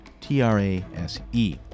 T-R-A-S-E